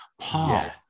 Paul